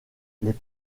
les